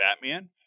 Batman